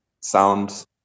sound